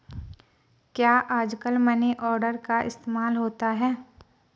क्या आजकल money order का इस्तेमाल होता है?